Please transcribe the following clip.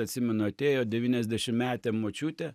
atsimenu atėjo devyniasdešimtmetė močiutė